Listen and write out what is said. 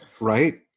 Right